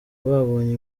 babonye